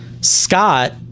Scott